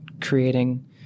creating